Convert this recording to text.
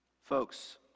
Folks